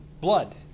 blood